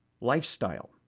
lifestyle